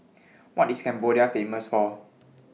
What IS Cambodia Famous For